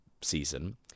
season